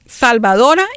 salvadora